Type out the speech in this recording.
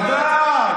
בוודאי,